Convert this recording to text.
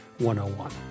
101